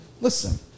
listen